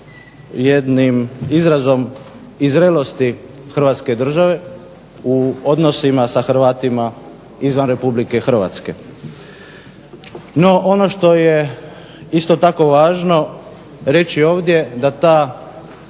jednim izrazom zrelosti Hrvatske države u odnosima sa Hrvatima izvan Republike Hrvatske. NO, ono što je isto tako važno reći ovdje da ta